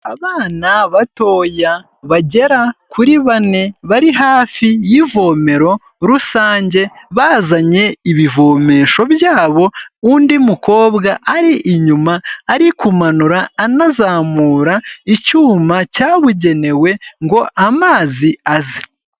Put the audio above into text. Abana batoya bagera kuri bane, bari hafi y'ivomero rusange, bazanye ibivomesho byabo, undi mukobwa ari inyuma ari kumanura anazamura icyuma cyabugenewe ngo amazi aze.